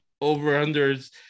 over-unders –